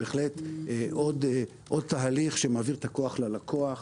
בהחלט עוד תהליך שמעביר את הכוח ללקוח.